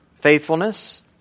faithfulness